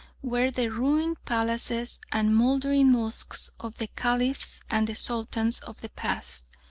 were the ruined palaces and mouldering mosques of the caliphs and sultans of the past,